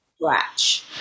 scratch